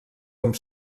amb